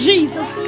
Jesus